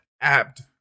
apt